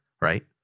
right